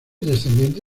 descendiente